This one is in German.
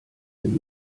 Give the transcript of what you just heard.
denn